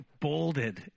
bolded